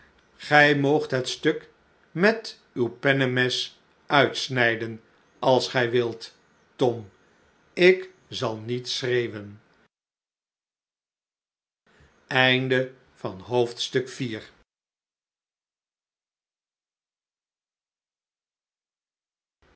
gij moogt het stuk met uw pennemes uitsnijden als ge wilt tom ik zal niet schreeuwen